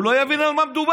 הוא לא יבין על מה מדובר.